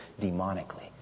demonically